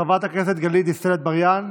חברת הכנסת גלית דיסטל אטבריאן,